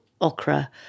okra